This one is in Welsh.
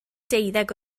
deuddeg